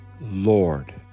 Lord